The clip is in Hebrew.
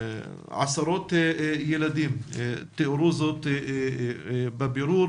עשרות ילדים תיארו זאת בבירור